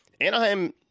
Anaheim